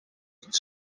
het